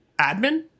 admin